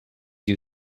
you